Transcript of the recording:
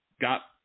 got